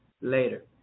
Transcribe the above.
later